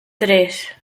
tres